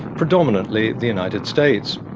predominantly the united states.